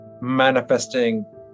manifesting